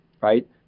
right